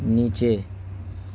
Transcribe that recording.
نیچے